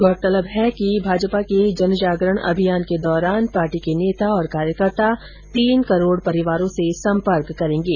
गौरतलब है कि जन जागरण अभियान के दौरान पार्टी के नेता और कार्यकर्ता तीन करोड़ परिवारों से संपर्क करेंगे